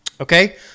okay